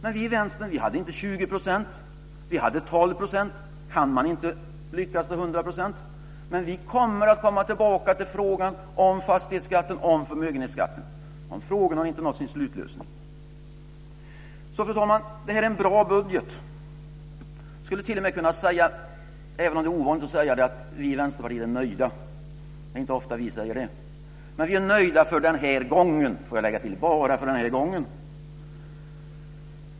Vi i Vänstern hade inte 20 % av väljarna utan vi hade 12 %, och då kan man inte lyckas till hundra procent. Men vi kommer tillbaka till frågan om fastighetsskatten och förmögenhetsskatten. De frågorna har inte nått sin slutlösning. Fru talman! Det här är en bra budget. Jag skulle t.o.m. kunna säga, även om det är ovanligt att säga det, att vi i Vänsterpartiet är nöjda. Det är inte ofta vi säger det. Men vi är nöjda för den här gången - det får jag lägga till - och bara för den här gången!